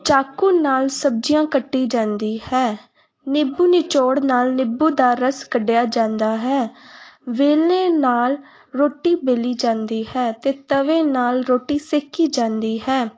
ਚਾਕੂ ਨਾਲ ਸਬਜ਼ੀਆਂ ਕੱਟੀ ਜਾਂਦੀ ਹੈ ਨਿੰਬੂ ਨਿਚੋੜ ਨਾਲ ਨਿੰਬੂ ਦਾ ਰਸ ਕੱਢਿਆ ਜਾਂਦਾ ਹੈ ਵੇਲਣੇ ਨਾਲ ਰੋਟੀ ਵੇਲੀ ਜਾਂਦੀ ਹੈ ਅਤੇ ਤਵੇ ਨਾਲ ਰੋਟੀ ਸੇਕੀ ਜਾਂਦੀ ਹੈ